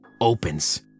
opens